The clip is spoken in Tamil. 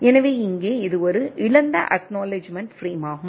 எனவே இங்கே இது ஒரு இழந்த அக்நாலெட்ஜ்மென்ட் பிரேமாகும்